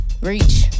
Reach